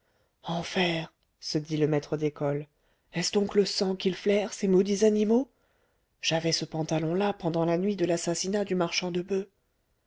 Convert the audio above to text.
enfer se dit le maître d'école est-ce donc le sang qu'ils flairent ces maudits animaux j'avais ce pantalon là pendant la nuit de l'assassinat du marchand de boeufs